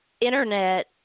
internet